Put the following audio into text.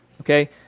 Okay